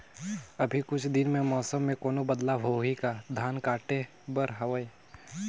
अभी कुछ दिन मे मौसम मे कोनो बदलाव होही का? धान काटे बर हवय?